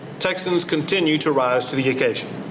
texans continue to rise to the occasion.